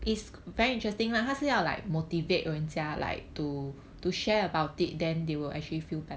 is very interesting lah 他是要 like motivate 玩家 like to to share about it then they will actually feel bad